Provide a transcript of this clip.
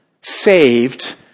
saved